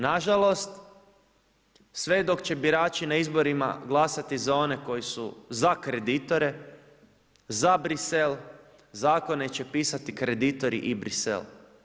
Nažalost, sve dok će birači na izborima glasati za one koji su za kreditore, za Bruxelles, zakone će pisati kreditori i Bruxelles.